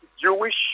Jewish